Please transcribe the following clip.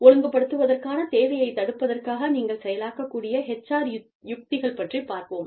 ஒழுங்குப்படுத்துவதற்கான தேவையைத் தடுப்பதற்காக நீங்கள் செயலாக்கக்கூடிய HR யுக்திகள் பற்றிப் பார்ப்போம்